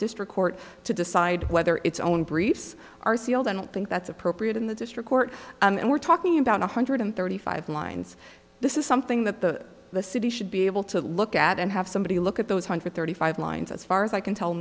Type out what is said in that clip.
district court to decide whether its own briefs are sealed i don't think that's appropriate in the district court and we're talking about one hundred thirty five lines this is something that the the city should be able to look at and have somebody look at those hundred thirty five lines as far as i can tell